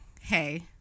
hey